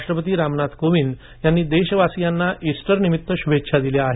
राष्ट्रपती रामनाथ कोविंद यांनी देशवासियांना इस्टरनिमित्त शुभेच्छा दिल्या आहेत